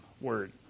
word